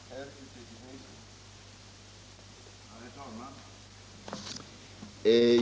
Herr talman!